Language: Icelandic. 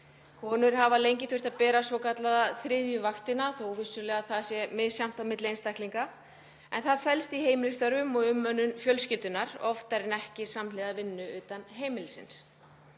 Konur hafa lengi þurft að bera svokallaða þriðju vaktina, þótt vissulega sé það misjafnt á milli einstaklinga, en hún felst í heimilisstörfum og umönnun fjölskyldunnar, oftar en ekki samhliða vinnu utan heimilisins.